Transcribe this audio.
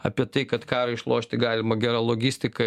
apie tai kad karą išlošti galima gera logistika